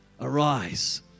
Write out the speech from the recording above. arise